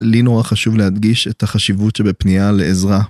לי נורא חשוב להדגיש את החשיבות שבפנייה לעזרה.